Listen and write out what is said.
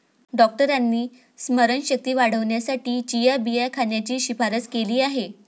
डॉक्टरांनी स्मरणशक्ती वाढवण्यासाठी चिया बिया खाण्याची शिफारस केली आहे